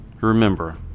Remember